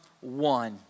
one